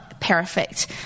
perfect